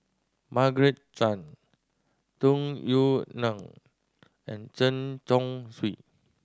Margaret Chan Tung Yue Nang and Chen Chong Swee